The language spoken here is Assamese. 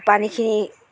পানীখিনি